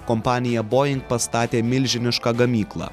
kompanija boing pastatė milžinišką gamyklą